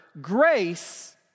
grace